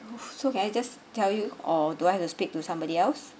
so can I just tell you or do I have to speak to somebody else